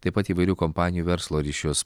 taip pat įvairių kompanijų verslo ryšius